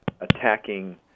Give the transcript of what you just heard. attacking